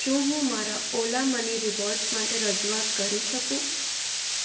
શું હું મારા ઓલા મની રીવોર્ડસ માટે રજૂઆત કરી શકું